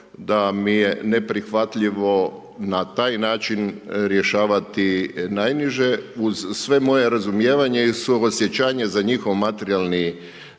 da mi je neprihvatljivo na taj način rješavati najniže, uz sve moje razumijevanje i suosjećanje za njihov materijalni